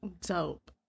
Dope